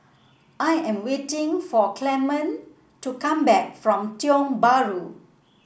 I am waiting for Clement to come back from Tiong Bahru